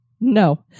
No